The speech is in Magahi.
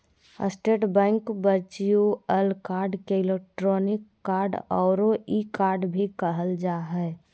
स्टेट बैंक वर्च्युअल कार्ड के इलेक्ट्रानिक कार्ड औरो ई कार्ड भी कहल जा हइ